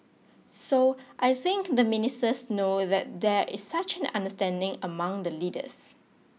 so I think the ministers know that there is such an understanding among the leaders